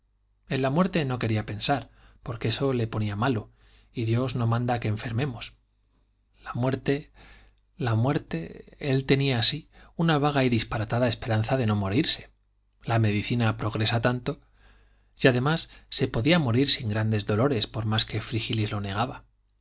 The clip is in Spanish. en la muerte no quería pensar porque eso le ponía malo y dios no manda que enfermemos la muerte la muerte él tenía así una vaga y disparatada esperanza de no morirse la medicina progresa tanto y además se podía morir sin grandes dolores por más que frígilis lo